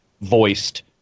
voiced